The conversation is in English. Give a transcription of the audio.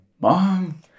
Mom